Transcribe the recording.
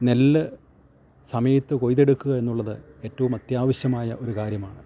നെല്ല് സമയത്ത് കൊയ്തെടുക്കുക എന്നുള്ളത് ഏറ്റവും അത്യാവശ്യമായ ഒരു കാര്യമാണ്